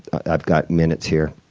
i've got minutes here.